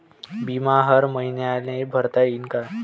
बिमा हर मईन्याले भरता येते का?